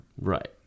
Right